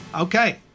Okay